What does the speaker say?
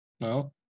No